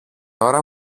ώρα